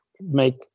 make